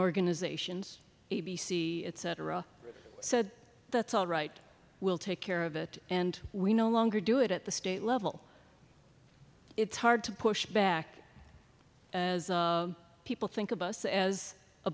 organizations a b c etc said that's all right we'll take care of it and we no longer do it at the state level it's hard to push back as people think of us as a